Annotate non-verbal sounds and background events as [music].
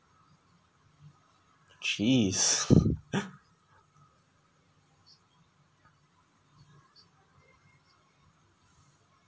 jeez [laughs]